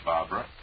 Barbara